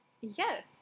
Yes